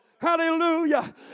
Hallelujah